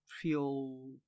feel